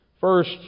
First